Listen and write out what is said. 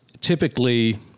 typically